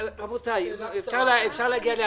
ביקש משה ארבל.